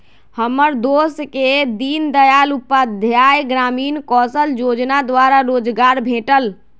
हमर दोस के दीनदयाल उपाध्याय ग्रामीण कौशल जोजना द्वारा रोजगार भेटल